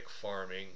farming